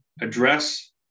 address